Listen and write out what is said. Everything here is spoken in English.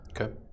Okay